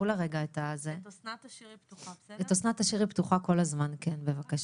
אין לי כרגע תשובה לתת, זה לא נושא